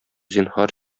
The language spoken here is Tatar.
зинһар